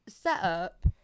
setup